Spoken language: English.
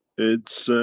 it's,